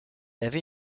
avait